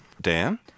Dan